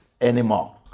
anymore